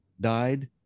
died